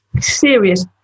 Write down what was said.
serious